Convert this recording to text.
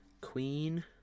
Queen